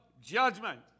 judgment